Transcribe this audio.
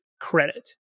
credit